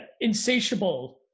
insatiable